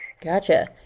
Gotcha